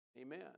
Amen